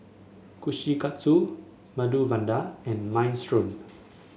Kushikatsu Medu Vada and Minestrone